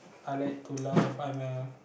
I like to laugh I'm a